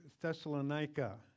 Thessalonica